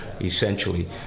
essentially